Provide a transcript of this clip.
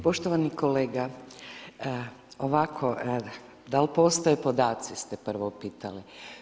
Poštovani kolega, ovako, da li postoje podaci ste prvo pitali.